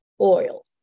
oil